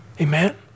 Amen